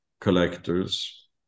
collectors